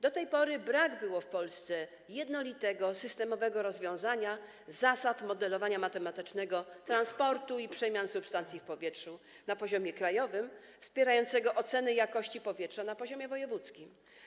Do tej pory brak było w Polsce jednolitego, systemowego rozwiązania dotyczącego zasad modelowania matematycznego transportu i przemian substancji w powietrzu, na poziomie krajowym, wspierającego oceny jakości powietrza na poziomie wojewódzkim.